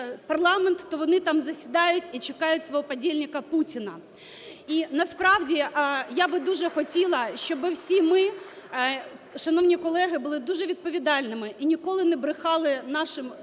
то вони там засідають і чекають свого подельніка Путіна. І насправді я б дуже хотіла, щоб всі ми, шановні колеги, були дуже відповідальними і ніколи не брехали нашим дорогим